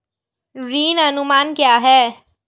ऋण अनुमान क्या है?